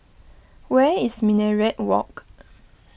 where is Minaret Walk